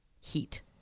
heat